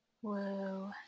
whoa